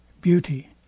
beauty